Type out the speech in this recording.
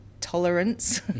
tolerance